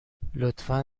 لطفا